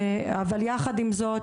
אבל יחד עם זאת,